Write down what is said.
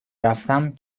رفتم